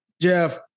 Jeff